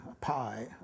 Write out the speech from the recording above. pi